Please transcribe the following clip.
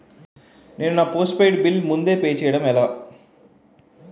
నేను నా postpaid mobile bill ముందే పే చేయడం ఎలా?